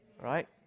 right